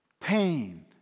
Pain